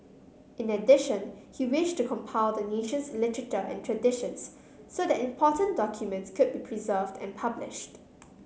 in addition he wished to compile the nation's literature and traditions so that important documents could be preserved and published